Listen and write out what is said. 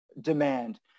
demand